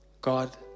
God